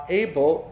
able